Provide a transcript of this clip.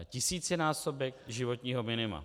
Tisícinásobek životního minima.